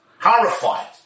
horrified